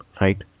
right